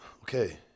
Okay